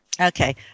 okay